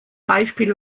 beispiel